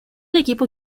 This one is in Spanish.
equipo